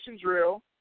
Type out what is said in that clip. drill